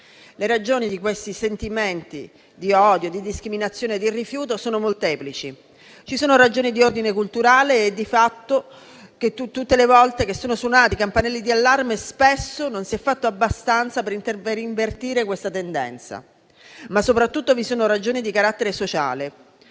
Le ragioni di questi sentimenti di odio, di discriminazione e di rifiuto sono molteplici. Ci sono ragioni di ordine culturale e di fatto, quando sono suonati i campanelli di allarme, spesso non si è fatto abbastanza per invertire questa tendenza. Soprattutto, vi sono ragioni di carattere sociale.